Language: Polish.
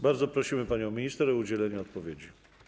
Bardzo prosimy panią minister o udzielenie odpowiedzi.